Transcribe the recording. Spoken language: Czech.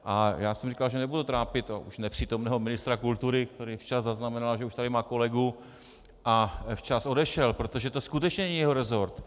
A já jsem říkal, že nebudu trápit už nepřítomného ministra kultury, který včas zaznamenal, že už tady má kolegu, a včas odešel, protože to skutečně není jeho resort.